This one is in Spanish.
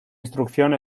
instrucción